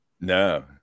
no